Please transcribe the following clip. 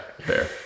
fair